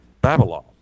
Babylon